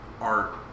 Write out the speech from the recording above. art